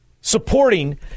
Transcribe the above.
supporting